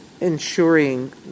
ensuring